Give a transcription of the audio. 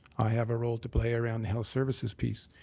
i have a role to play around the health services piece.